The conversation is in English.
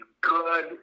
good